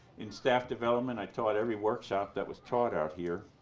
in staff development, i taught every workshop that was taught out here,